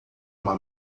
uma